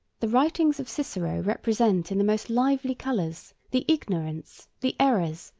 the writings of cicero represent in the most lively colors the ignorance, the errors,